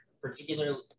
particularly